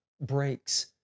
breaks